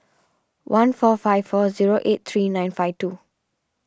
one four five four zero eight three nine five two